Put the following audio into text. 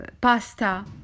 pasta